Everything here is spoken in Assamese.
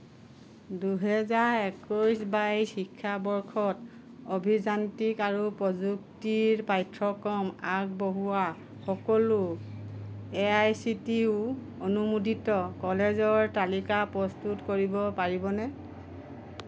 দুহেজাৰ একৈছ বাইছ শিক্ষাবৰ্ষত অভিযান্ত্ৰিক আৰু প্ৰযুক্তিৰ পাঠ্যক্ৰম আগবঢ়োৱা সকলো এআইচিটিই অনুমোদিত কলেজৰ তালিকা প্ৰস্তুত কৰিব পাৰিবনে